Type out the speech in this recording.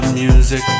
Music